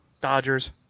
Dodgers